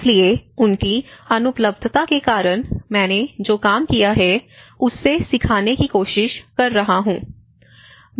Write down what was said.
इसलिए उनकी अनुपलब्धता के कारण मैंने जो काम किया है उससे सीखने की कोशिश कर रहा हूं